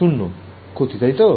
0ক্ষতি তাইতো